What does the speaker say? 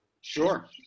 Sure